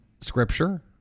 scripture